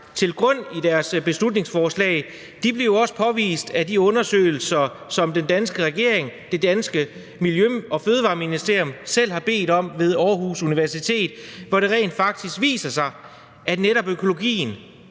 til grund i deres beslutningsforslag, bliver også afvist af de undersøgelser, som den danske regering, det danske Miljø- og Fødevareministerium, selv har bedt om ved Aarhus Universitet, hvor det rent faktisk viser sig, at netop økologien